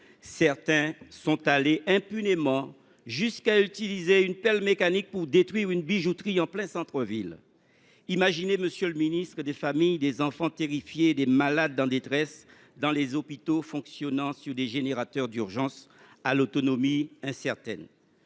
Certains sont allés, impunément, jusqu’à utiliser une pelle mécanique pour détruire une bijouterie en plein centre ville. Imaginez, monsieur le ministre, des familles, des enfants terrifiés, des malades en détresse dans des hôpitaux fonctionnant grâce à des générateurs d’urgence à l’autonomie incertaine.